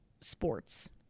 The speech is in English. sports